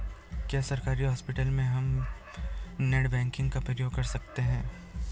क्या सरकारी हॉस्पिटल में भी हम नेट बैंकिंग का प्रयोग कर सकते हैं?